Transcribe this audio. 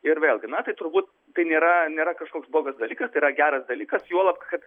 ir vėlgi na tai turbūt tai nėra nėra kažkoks blogas dalykas tai yra geras dalykas juolab kad